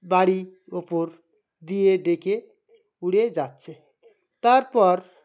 বাড়ির ওপর দিয়ে ডেকে উড়ে যাচ্ছে তারপর